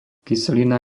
kyselina